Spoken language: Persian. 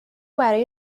برای